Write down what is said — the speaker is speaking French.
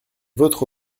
votre